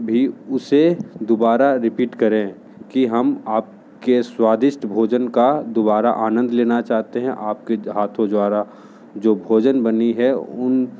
भी उसे दोबारा रीपीट करें कि हम आप के स्वादिष्ट भोजन का दोबारा आनंद लेना चाहते है आप के हाथों दोबारा जो भोजन बनी है उन